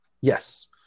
Yes